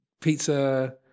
pizza